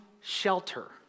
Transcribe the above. shelter